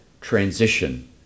transition